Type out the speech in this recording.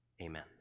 Amen